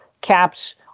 caps